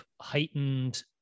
heightened